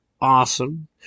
awesome